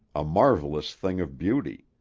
a marvelous thing of beauty.